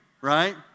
right